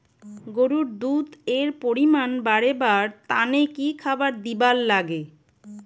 গরুর দুধ এর পরিমাণ বারেবার তানে কি খাবার দিবার লাগবে?